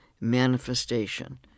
manifestation